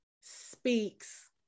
speaks